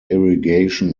irrigation